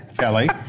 Kelly